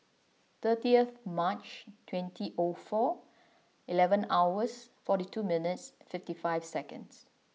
thirtieth March twenty O four eleven hours forty two minutes fifty five seconds